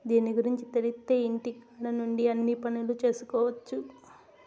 దీని గురుంచి తెలిత్తే ఇంటికాడ నుండే అన్ని పనులు చేసుకొవచ్చు